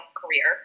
career